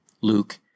Luke